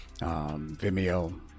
Vimeo